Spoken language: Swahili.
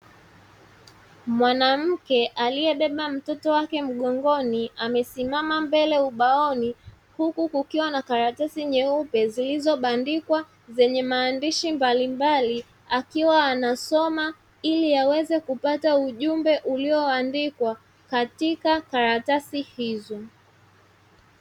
Mwanamke aliyebeba mtoto wake mgongoni amesimama mbele ubaoni, huku kukiwa na karatasi nyeupe zilizobandikwa zenye maandishi mbalimbali akiwa anasoma ili aweze kupata ujumbe ulioandikwa katika karatasi hizo.